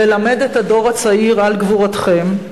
ללמד את הדור הצעיר על גבורתכם,